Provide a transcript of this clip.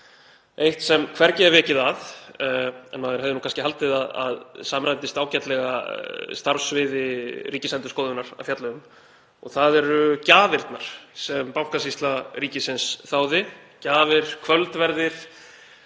eitt sem hvergi er vikið að en maður hefði kannski haldið að samræmdist ágætlega starfssviði Ríkisendurskoðunar að fjalla um, en það eru gjafirnar sem Bankasýsla ríkisins þáði; gjafir, kvöldverður,